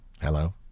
Hello